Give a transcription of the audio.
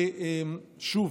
שוב,